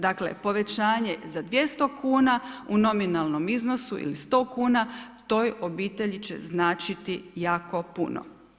Dakle, povećanje za 200 kn u nominalnom iznosu ili 100 kn, toj obitelji će značiti jako puno.